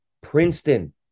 Princeton